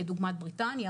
כדוגמת בריטניה,